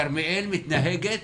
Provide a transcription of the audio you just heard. כרמיאל מתנהגת